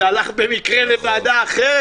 זה הלך במקרה לוועדה אחרת,